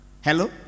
hello